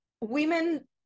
women